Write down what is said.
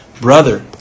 brother